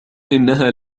إنها